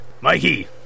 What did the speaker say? Mikey